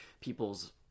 people's